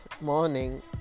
morning